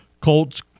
Colts